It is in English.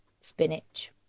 spinach